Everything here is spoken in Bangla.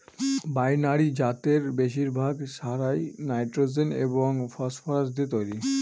বাইনারি জাতের বেশিরভাগ সারই নাইট্রোজেন এবং ফসফরাস দিয়ে তৈরি